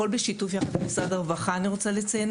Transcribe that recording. אני רוצה לציין